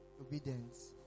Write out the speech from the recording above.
obedience